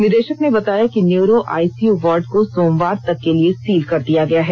निदेशक ने बताया कि न्यूरो आईसीयू वार्ड को सोमवार तक के लिए सील कर दिया गया है